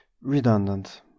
Redundant